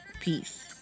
Peace